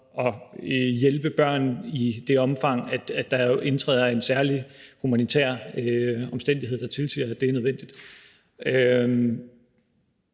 at hjælpe børn i det omfang, der indtræder en særlig humanitær omstændighed, der tilsiger, at det er nødvendigt.